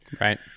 right